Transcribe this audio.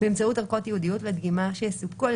באמצעות ערכות ייעודיות לדגימה שיסופקו על